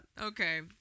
Okay